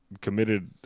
committed